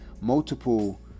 multiple